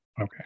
Okay